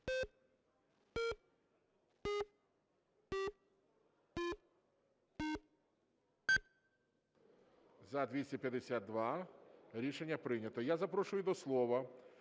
За-252 Рішення прийнято. Я запрошую до слова